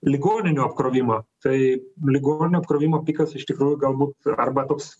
ligoninių apkrovimą tai ligoninių apkrovimo pikas iš tikrųjų galbūt arba toks